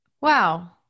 Wow